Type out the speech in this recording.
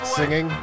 singing